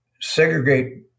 segregate